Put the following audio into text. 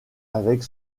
avec